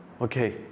Okay